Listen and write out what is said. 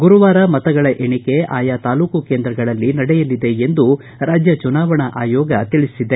ಗುರುವಾರ ಮತಗಳ ಎಣಿಕೆ ಆಯಾ ತಾಲೂಕು ಕೇಂದ್ರಗಳಲ್ಲಿ ನಡೆಯಲಿದೆ ಎಂದು ರಾಜ್ಯ ಚುನಾವಣಾ ಆಯೋಗ ತಿಳಿಸಿದೆ